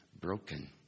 broken